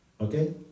Okay